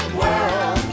world